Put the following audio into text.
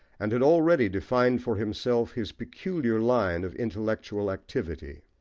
and had already defined for himself his peculiar line of intellectual activity.